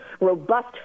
robust